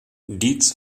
dietz